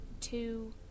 two